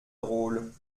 drôle